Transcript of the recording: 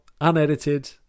unedited